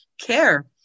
care